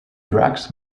drugs